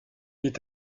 est